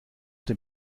dem